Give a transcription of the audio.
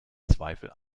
zweifel